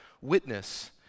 witness